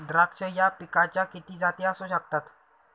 द्राक्ष या पिकाच्या किती जाती असू शकतात?